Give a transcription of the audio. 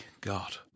God